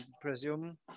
presume